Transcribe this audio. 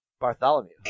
Bartholomew